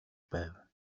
байв